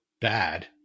bad